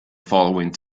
following